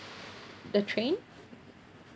the train